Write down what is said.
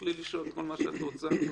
תוכלי לשאול כל מה שאת רוצה.